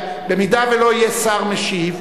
במידה שלא יהיה שר משיב